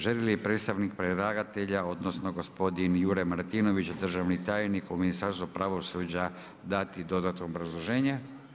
Želi predstavnik predlagatelja, odnosno, gospodin Jure Martinović, državni tajnik u Ministarstvu pravosuđa dati dodatno obrazloženje?